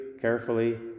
carefully